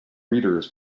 readers